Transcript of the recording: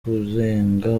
kurenga